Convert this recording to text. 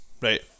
right